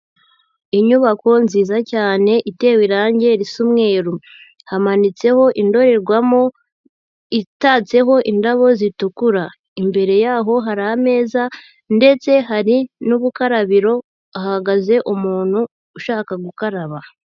Inyubako nziza cyane itewe irange risa umweru, hamanitseho indorerwamo itatseho indabo zitukura, imbere yaho hari ameza ndetse hari n'ubukarabiro, hahagaze umuntu ushaka gukaraba.